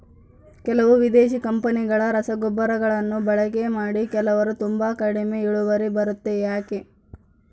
ಕೆಲವು ವಿದೇಶಿ ಕಂಪನಿಗಳ ರಸಗೊಬ್ಬರಗಳನ್ನು ಬಳಕೆ ಮಾಡಿ ಕೆಲವರು ತುಂಬಾ ಕಡಿಮೆ ಇಳುವರಿ ಬರುತ್ತೆ ಯಾಕೆ?